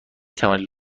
توانید